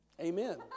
Amen